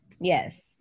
Yes